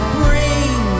bring